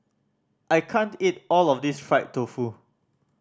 I can't eat all of this fried tofu